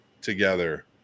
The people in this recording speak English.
together